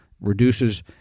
reduces